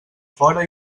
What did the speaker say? fora